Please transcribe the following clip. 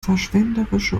verschwenderische